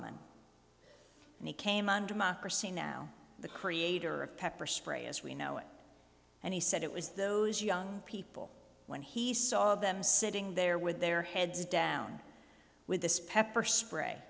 lagemann and he came on democracy now the creator of pepper spray as we know it and he said it was those young people when he saw them sitting there with their heads down with this pepper spray